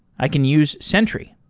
i can use sentry.